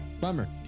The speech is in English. Bummer